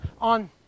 on